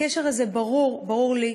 הקשר הזה ברור לי,